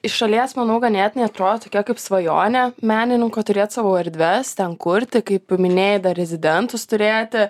iš šalies manau ganėtinai atrodo tokia kaip svajonė menininko turėt savo erdves ten kurti kaip minėjai dar rezidentus turėti